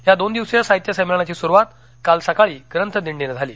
या दोन दिवसीय साहित्य संमेलनाची सुरूवात काल सकाळी ग्रंथ दिडीनं झाली